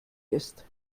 ist